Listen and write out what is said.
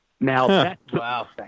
Now